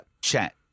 chat